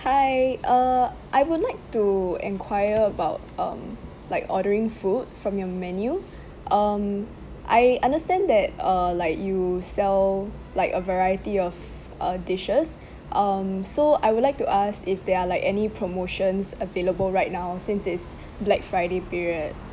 hi uh I would like to enquire about um like ordering food from your menu um I understand that uh like you sell like a variety of uh dishes um so I would like to ask if they're like any promotions available right now since it's black friday period